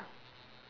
ya